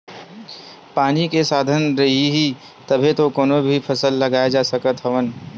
पानी के साधन रइही तभे तो कोनो भी फसल लगाए जा सकत हवन